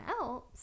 else